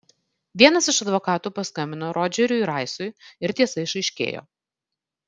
vienas iš advokatų paskambino rodžeriui raisui ir tiesa išaiškėjo